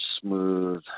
smooth